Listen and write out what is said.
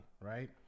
right